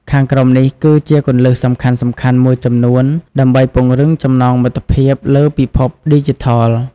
ខាងក្រោមនេះគឺជាគន្លឹះសំខាន់ៗមួយចំនួនដើម្បីពង្រឹងចំណងមិត្តភាពលើពិភពឌីជីថល៖